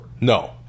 No